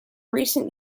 recent